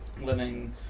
living